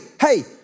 hey